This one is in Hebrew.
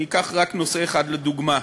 אני אקח רק נושא אחד לדוגמה.